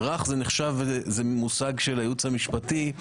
רך, זה מושג של הייעוץ המשפטי.